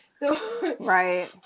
Right